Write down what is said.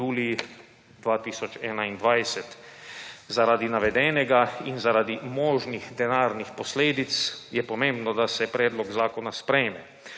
1. julij 2021. Zaradi navedenega in zaradi možnih denarnih posledic je pomembno, da se predlog zakona sprejme.